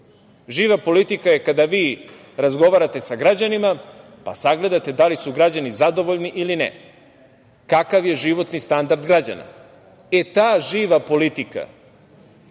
Živa politika je kada vi razgovarate sa građanima, pa sagledate da li su građani zadovoljni ili ne. Kakav je životni standard građana? E, ta živa politika